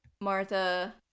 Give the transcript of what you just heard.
Martha